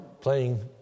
playing